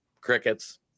Crickets